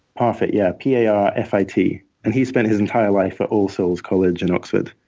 parfit, yeah. p a r f i t. and he's spent his entire life at all souls college in oxford,